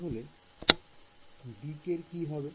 তাহলে দিক এর কি হবে